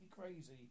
crazy